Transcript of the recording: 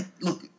look